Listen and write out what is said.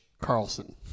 Carlson